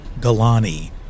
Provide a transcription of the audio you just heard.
Galani